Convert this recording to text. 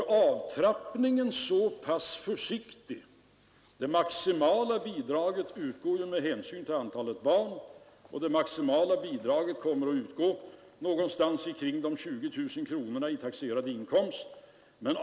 Det maximala bidraget utgår med hänsyn till antalet barn, och detta maximala bidrag kommer att utgå någonstans omkring de 20 000 kronorna i taxerad inkomst.